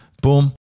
Boom